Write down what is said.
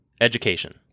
education